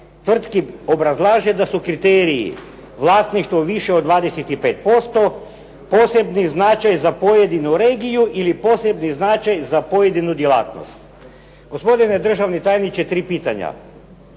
tvrtki obrazlaže da su kriteriji vlasništvo više od 25%, posebni značaj za pojedinu regiju ili posebni značaj za pojedinu djelatnost. Gospodine državni tajniče, tri pitanja.